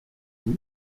vous